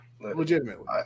Legitimately